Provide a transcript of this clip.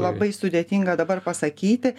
labai sudėtinga dabar pasakyti